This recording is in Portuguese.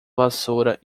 vassoura